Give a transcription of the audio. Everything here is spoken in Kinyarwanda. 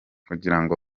kugirango